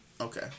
Okay